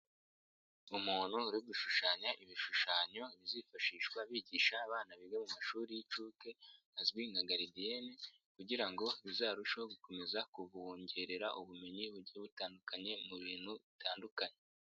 Umuntu uri gushushanya ibishushanyo bizifashishwa bigisha abana biga mu mashuri y'inshuke azwi nka garidiyene kugira ngo bizarusheho gukomeza kubongerera ubumenyi bugiya butandukanye mu bintu bitandukanye.